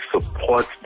support